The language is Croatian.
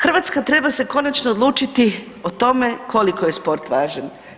Hrvatska treba se konačno odlučiti o tome koliko je sport važan.